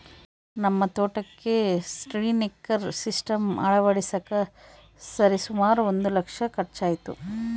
ನಮ್ಮ ತೋಟಕ್ಕೆ sprinkler system ಅಳವಡಿಸಕ ಸರಿಸುಮಾರು ಒಂದು ಲಕ್ಷ ಖರ್ಚಾಯಿತು